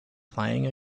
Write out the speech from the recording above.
playing